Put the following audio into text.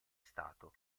stato